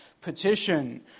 petition